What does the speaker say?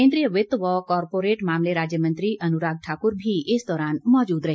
केन्द्रीय वित्त व कॉरपोरेट मामले राज्य मंत्री अनुराग ठाकुर भी इस दौरान मौजूद रहे